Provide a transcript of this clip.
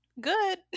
good